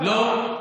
לא,